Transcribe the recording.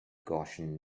gaussian